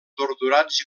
torturats